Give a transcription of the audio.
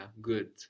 good